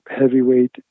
heavyweight